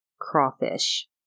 Crawfish